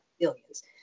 billions